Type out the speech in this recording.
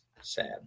sad